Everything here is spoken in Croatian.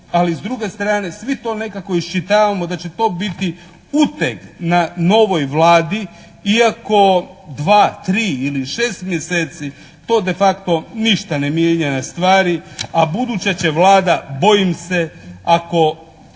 ali s druge strane svi to nekako isčitavamo da će to biti uteg na novoj Vladi iako dva, tri ili šest mjeseci to defacto ništa ne mijenja na stvari a buduće će Vlada bojim se ako